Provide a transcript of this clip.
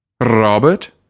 Robert